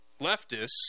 leftists